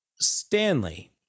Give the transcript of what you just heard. Stanley